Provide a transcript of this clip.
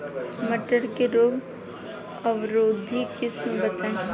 मटर के रोग अवरोधी किस्म बताई?